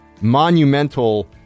monumental